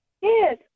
Yes